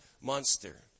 monster